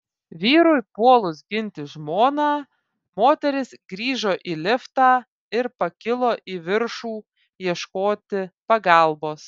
vyrui puolus ginti žmoną moteris grįžo į liftą ir pakilo į viršų ieškoti pagalbos